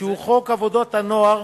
שהוא חוק עבודת הנוער,